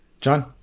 John